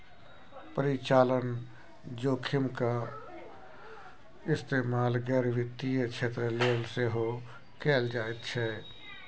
परिचालन जोखिमक इस्तेमाल गैर वित्तीय क्षेत्र लेल सेहो कैल जाइत छै